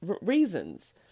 reasons